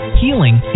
healing